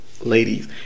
Ladies